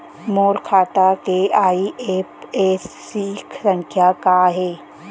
मोर खाता के आई.एफ.एस.सी संख्या का हे?